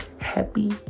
happy